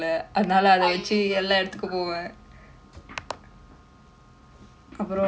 !aiyo!